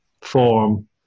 form